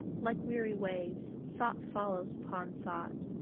like weary waves thought follows upon thought,